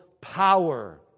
power